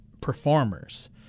performers